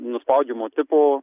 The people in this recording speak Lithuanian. nuspaudžiamo tipo